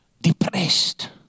depressed